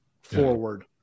forward